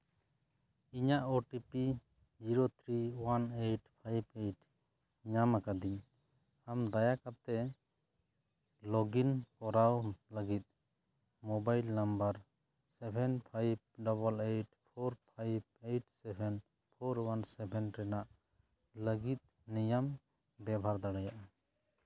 ᱤᱧᱟᱹᱜ O T P zero three one eight five eight ᱧᱟᱢ ᱟᱠᱟᱫᱤᱧ ᱟᱢ ᱫᱟᱭᱟ ᱠᱟᱛᱮᱫ ᱞᱚᱜᱽ ᱤᱱ ᱠᱚᱨᱟᱣ ᱞᱟᱹᱜᱤᱫ mobile number seven five double eight four five eight seven four one seven ᱨᱮᱱᱟᱜ ᱞᱟᱹᱜᱤᱫ ᱱᱤᱭᱚᱢ ᱵᱮᱵᱷᱟᱨ ᱫᱟᱲᱮᱭᱟᱜᱼᱟ